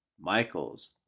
Michaels